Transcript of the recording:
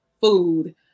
food